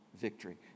victory